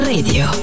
Radio